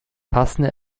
passende